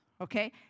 Okay